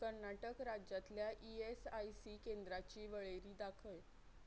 कर्नाटक राज्यांतल्या E S I C केंद्रांची वळेरी दाखय